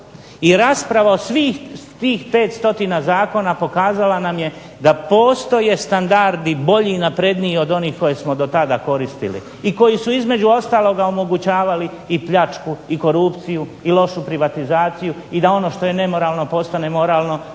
I rasprava o svih tih 500 zakona pokazala nam je da postoje standardi bolji i napredniji od onih koje smo do tada koristili i koji su između ostaloga omogućavali i pljačku i korupciju i lošu privatizaciju i da ono što je nemoralno postane moralno